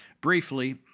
briefly